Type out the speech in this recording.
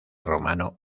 romano